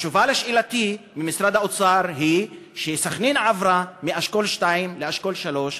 התשובה על שאלתי ממשרד האוצר היא שסח'נין עברה מאשכול 2 לאשכול 3,